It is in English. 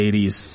80s